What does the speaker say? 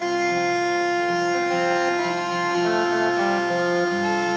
and